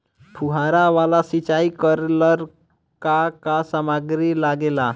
फ़ुहारा वाला सिचाई करे लर का का समाग्री लागे ला?